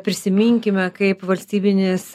prisiminkime kaip valstybinės